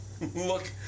look